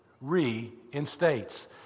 reinstates